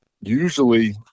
usually